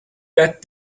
that